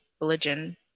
religion